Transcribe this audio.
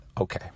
Okay